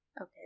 Okay